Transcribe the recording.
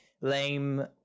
Lame